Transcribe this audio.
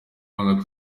ibanga